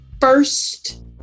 First